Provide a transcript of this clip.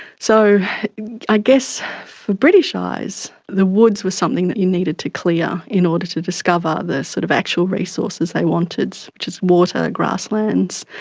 so i guess for british ah eyes the woods was something that you needed to clear in order to discover the sort of actual resources they wanted, which was water, grasslands,